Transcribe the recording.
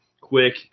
quick